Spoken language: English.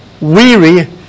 weary